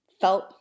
felt